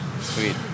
Sweet